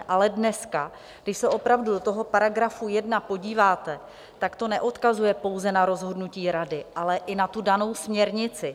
Ale dneska, když se opravdu do toho § 1 podíváte, tak to neodkazuje pouze na rozhodnutí Rady, ale i na tu danou směrnici.